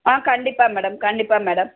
ஆ கண்டிப்பாக மேடம் கண்டிப்பாக மேடம்